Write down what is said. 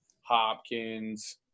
Hopkins